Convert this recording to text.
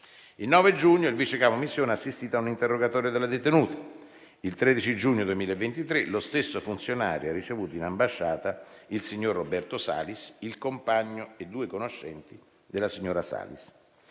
Il 9 giugno il vice capo missione ha assistito a un interrogatorio della detenuta. Il 13 giugno 2023 lo stesso funzionario ha ricevuto in ambasciata il signor Roberto Salis, il compagno e due conoscenti della signora Salis.